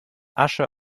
asche